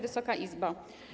Wysoka Izbo!